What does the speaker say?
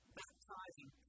baptizing